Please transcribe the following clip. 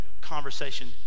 conversation